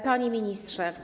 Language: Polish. Panie Ministrze!